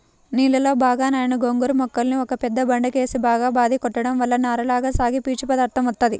నీళ్ళలో బాగా నానిన గోంగూర మొక్కల్ని ఒక పెద్ద బండకేసి బాగా బాది కొట్టడం వల్ల నారలగా సాగి పీచు పదార్దం వత్తది